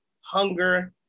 Hunger